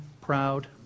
proud